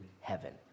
heaven